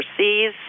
overseas